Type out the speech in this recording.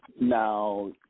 Now